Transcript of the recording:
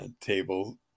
table